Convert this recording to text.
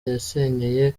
yasengeye